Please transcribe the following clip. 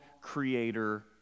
creator